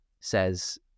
says